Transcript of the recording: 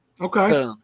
Okay